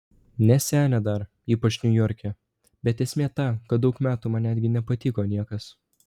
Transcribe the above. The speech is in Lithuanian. ne senė dar ypač niujorke bet esmė ta kad daug metų man netgi nepatiko niekas